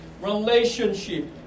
relationship